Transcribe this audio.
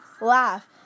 laugh